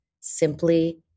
simply